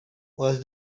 was